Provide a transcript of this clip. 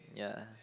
ya